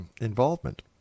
involvement